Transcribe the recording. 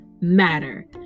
matter